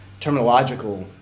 terminological